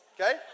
okay